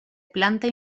planta